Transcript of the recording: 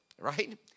right